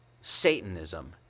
Satanism